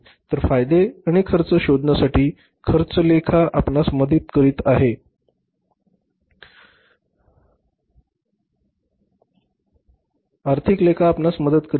तर फायदे आणि खर्च शोधण्यासाठी खर्च लेखा आपणास मदत करीत आहे आर्थिक लेखा आपणास मदत करीत आहेत